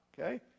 okay